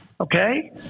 okay